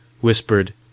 whispered